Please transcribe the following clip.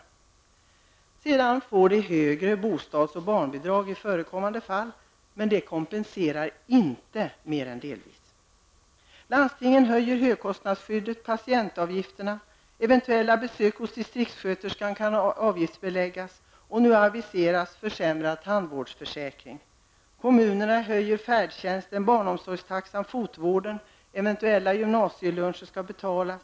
Visserligen får man högre bostads och barnbidrag i förekommande fall. Men det kompenserar bara delvis. Landstingen höjer högkostnadsskyddet och patientavgifterna. Eventuella besök hos distriktsköterskan kan bli avgiftsbelagda, och nu aviseras en försämrad tandvårdsförsäkring. Kommunerna presenterar höjningar när det gäller färdtjänsten, barnomsorgstaxan och fotvården. Eventuella gymnasieluncher får man betala för.